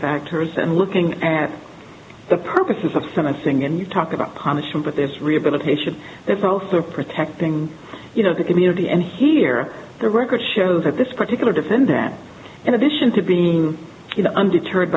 factors and looking at the purposes of sentencing and you talk about punishment but there's rehabilitation that's also protecting you know the community and here the record shows that this particular defendant in addition to being you know undeterred